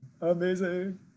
Amazing